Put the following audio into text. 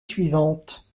suivante